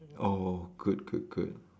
oh good good good